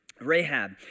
Rahab